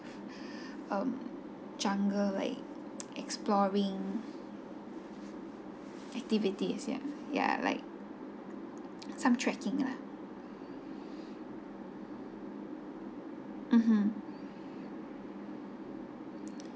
um jungle like exploring activities ya ya like some tracking lah mmhmm